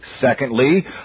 Secondly